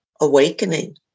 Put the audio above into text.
awakening